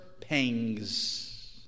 pangs